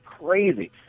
crazy